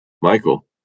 Michael